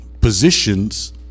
positions